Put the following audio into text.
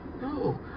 No